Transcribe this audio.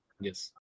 Yes